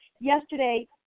yesterday